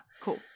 Cool